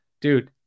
Dude